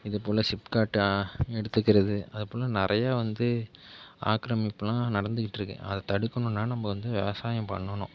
இதுப்போல ஸிப்காட்டை எடுத்துக்கிறது அதைப்போல நிறைய வந்து ஆக்கிரமிப்புலாம் நடந்துக்கிட்டிருக்கு அதை தடுக்கணும்னா நம்ப வந்து விவசாயம் பண்ணணும்